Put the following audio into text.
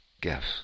gifts